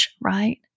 right